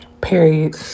Period